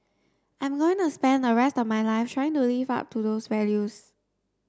I'm going to spend the rest of my life trying to live up to those values